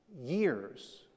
years